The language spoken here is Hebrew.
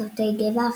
סרטי גבע,